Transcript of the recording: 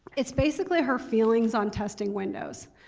it's basically her feelings on testing windows.